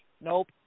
Nope